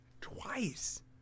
Twice